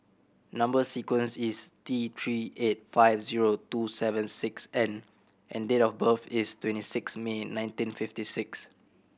number sequence is T Three eight five zero two seven six N and date of birth is twenty six May nineteen fifty six